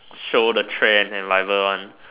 show the trend and whatever one